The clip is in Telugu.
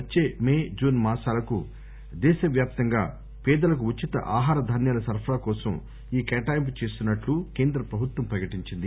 వచ్చే మే జూన్ మాసాలకు దేశవ్యాప్తంగా పేదలకు ఉచిత ఆహార ధాన్యాల సరఫరా కోసం ఈ కేటాయింపు చేస్తున్నట్లు కేంద్ర ప్రభుత్వం ప్రకటించింది